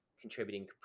contributing